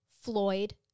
Floyd